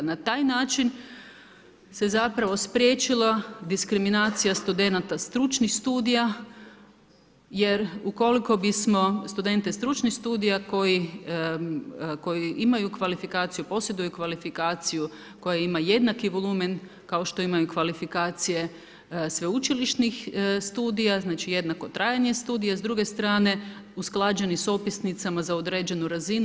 Na taj način se zapravo spriječili diskriminacija studenata stručnih studija, jer ukoliko bismo studente stručnih studija, koji imaju kvalifikaciju, posjeduju kvalifikaciju, koji imaju jednaki volumen, kao što imaju kvalifikacije sveučilišnih studija, znači jednako trajanje studija, a s druge strane, usklađeni s … za određenu razinu.